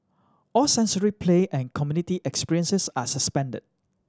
all sensory play and community experiences are suspended